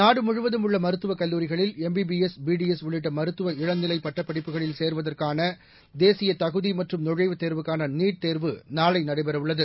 நாடுமுழுவதும் உள்ள மருத்துவக் கல்லூரிகளில் எம்பிபிஎஸ் பிடிஎஸ் உள்ளிட்ட மருத்துவ இளநிலை பட்டப் படிப்புகளில் கேருவதற்கான தேசிய தகுதி மற்றம் நுழைவுத் தேர்வான நீட் தேர்வு நாளை நடைபெறவுள்ளது